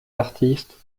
artistes